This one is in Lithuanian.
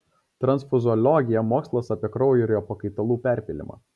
transfuziologija mokslas apie kraujo ir jo pakaitalų perpylimą